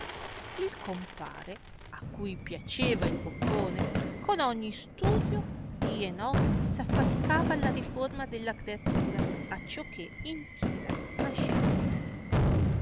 il compare a cui piaceva il boccone con ogni studio dì e notte s'affaticava alla riforma della creatura acciò che intiera nascesse